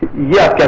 yes,